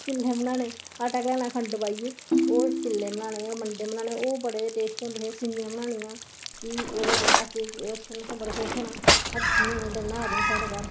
चिल्ले बनाने आटा बनाना खंड पाइयै ओह्दे चिल्ले बनाने मंडे बनाने ओह् बड़े टेस्टी हुंदे हे ओह् हुंदे हे सेमियां बनानियां फ्ही ओह्दे कन्नै असें बड़े खुश होना बना दे हे साढ़े घर